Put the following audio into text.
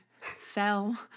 fell